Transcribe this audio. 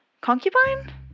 Concubine